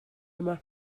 yma